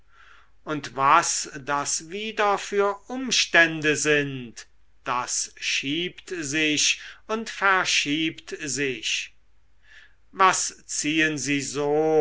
und was das wieder für umstände sind das schiebt sich und verschiebt sich was ziehen sie so